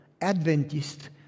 Adventist